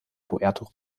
puerto